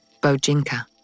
Bojinka